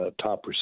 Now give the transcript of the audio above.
top